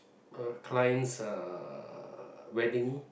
uh client's uh wedding